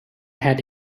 had